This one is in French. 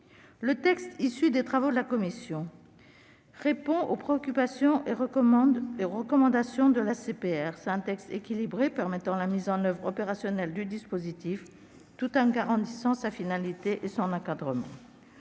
Le texte issu des travaux de la commission répond aux préoccupations et recommandations de l'ACPR. Équilibré, il permet la mise en oeuvre opérationnelle du dispositif tout en garantissant sa finalité et son encadrement.